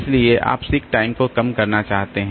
इसलिए आप seek time को कम करना चाहते हैं